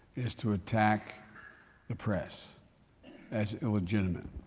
is to attack the press as illegitimate.